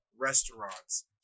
restaurants